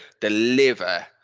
deliver